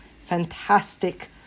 fantastic